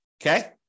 Okay